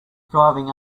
driving